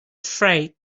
freight